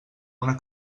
una